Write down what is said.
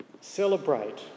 Celebrate